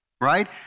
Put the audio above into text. right